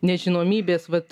nežinomybės vat